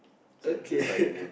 okay